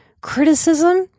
criticism